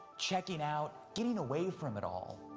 checking out, getting away from it all,